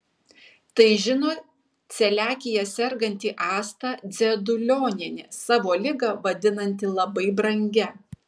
tai žino celiakija serganti asta dzedulionienė savo ligą vadinanti labai brangia